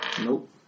Nope